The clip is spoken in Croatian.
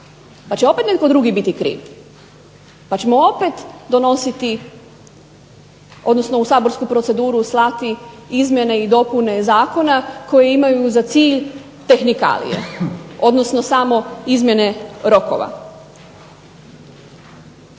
Pa će opet netko drugi biti kriv. Pa ćemo opet donositi, odnosno u saborsku proceduru slati izmjene i dopune zakona koje imaju za cilj tehnikalije, odnosno samo izmjene rokova.